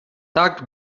tak